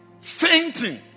fainting